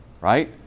right